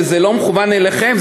שזה לא מכוון אליכם,